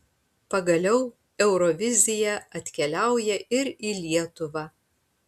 pagaliau eurovizija atkeliauja ir į lietuvą